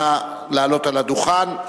נא לעלות על הדוכן.